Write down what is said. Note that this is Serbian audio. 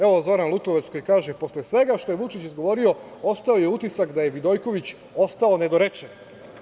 Evo, Zoran Lutovac koji kaže - posle svega što je Vučić izgovorio ostao je utisak da je Vidojković ostao nedorečen.